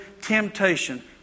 Temptation